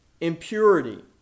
impurity